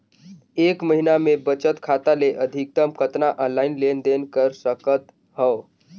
एक महीना मे बचत खाता ले अधिकतम कतना ऑनलाइन लेन देन कर सकत हव?